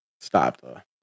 Stop